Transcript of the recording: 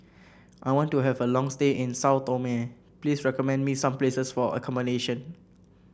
I want to have a long stay in Sao Tome please recommend me some places for accommodation